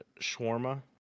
shawarma